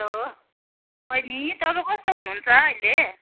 hello बहिनी तपाईँ कस्तो हुनुहुन्छ अहिले